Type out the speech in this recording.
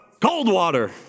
Coldwater